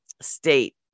State